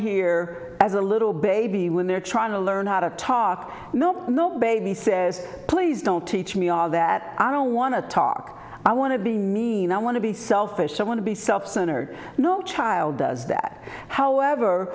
here as a little baby when they're trying to learn how to talk no no baby says please don't teach me all that i don't want to talk i want to be mean i want to be selfish i want to be self centered no child does that however